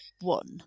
one